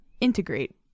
integrate